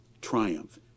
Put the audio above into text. triumph